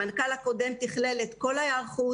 המנכ"ל הקודם תכלל את כל ההיערכות